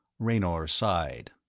raynor sighed.